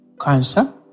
cancer